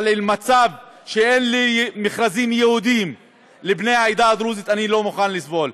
אבל מצב שאין לי מכרזים ייעודים לבני העדה הדרוזית אני לא מוכן לסבול.